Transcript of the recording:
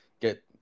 get –